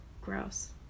gross